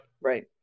Right